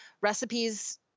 recipes